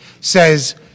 says